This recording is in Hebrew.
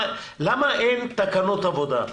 למה אין תקנות עבודה?